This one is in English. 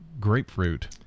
grapefruit